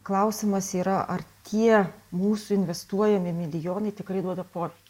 klausimas yra ar tie mūsų investuojami milijonai tikrai duoda poveikį